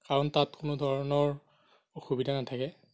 কাৰণ তাত কোনো ধৰণৰ অসুবিধা নাথাকে